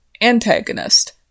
Antagonist